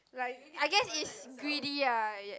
like I guess is greedy ah yes